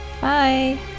Bye